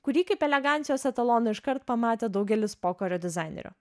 kurį kaip elegancijos etalonu iškart pamatė daugelis pokario dizainerių